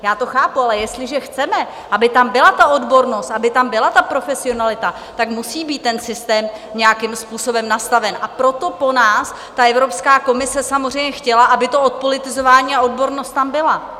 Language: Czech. Já to chápu, ale jestliže chceme, aby tam byla odbornost, aby tam byla profesionalita, tak musí být ten systém nějakým způsobem nastaven, a proto po nás Evropská komise samozřejmě chtěla, aby odpolitizování a odbornost tam byla.